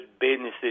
businesses